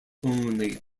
only